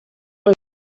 les